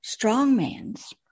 Strongman's